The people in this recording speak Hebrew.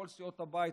כל סיעות הבית,